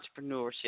entrepreneurship